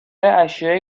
اشیاء